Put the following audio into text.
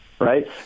right